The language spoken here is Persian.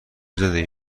زندگی